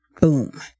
Boom